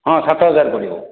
ହଁ ସାତ ହଜାର ପଡ଼ିବ